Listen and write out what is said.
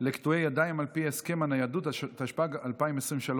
לקטועי ידיים על פי הסכם הניידות), התשפ"ג 2023,